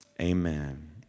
amen